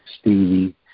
Stevie